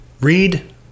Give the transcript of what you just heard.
read